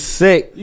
sick